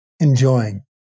enjoying